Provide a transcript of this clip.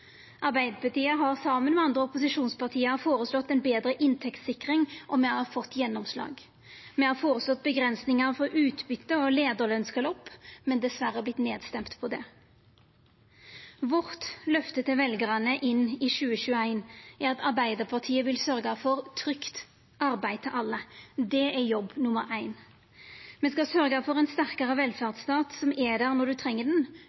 Arbeidarpartiet har saman med andre opposisjonsparti føreslått ei betre inntektssikring, og me har fått gjennomslag. Me har føreslått avgrensingar for utbyte og leiarlønsgalopp, men diverre vorte nedstemde. Vårt løfte til veljarane inn i 2021 er at Arbeidarpartiet vil sørgja for trygt arbeid til alle. Det er jobb nummer éin. Me skal sørgja for ein sterkare velferdsstat, som er der når du treng